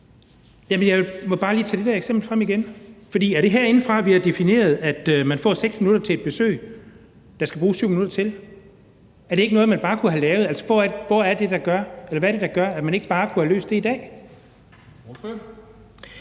jeg må bare lige tage det der eksempel frem igen. For er det herindefra, vi har defineret, at man får 6 minutter til et besøg, der skal bruges 7 minutter til? Er det ikke noget, man bare kunne have lavet om? Altså, hvad er det, der gør, at man ikke bare kunne have løst det i dag?